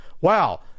wow